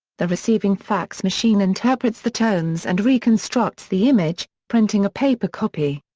the receiving fax machine interprets the tones and reconstructs the image, printing a paper copy.